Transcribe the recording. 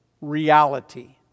reality